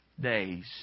days